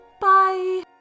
Bye